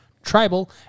tribal